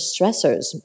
stressors